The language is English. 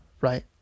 right